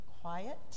quiet